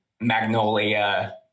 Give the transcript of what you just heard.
Magnolia